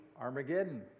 Armageddon